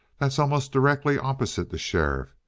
that's almost directly opposite the sheriff.